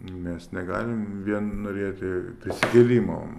mes negalim vien norėti prisikėlimo